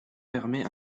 permet